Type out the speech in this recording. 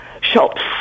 shops